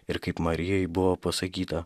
ir kaip marijai buvo pasakyta